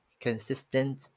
consistent